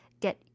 get